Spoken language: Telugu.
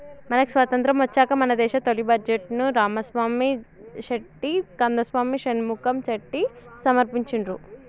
మనకి స్వతంత్రం వచ్చాక మన దేశ తొలి బడ్జెట్ను రామసామి చెట్టి కందసామి షణ్ముఖం చెట్టి సమర్పించిండ్రు